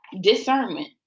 discernment